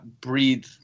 breathe